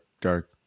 dark